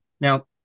Now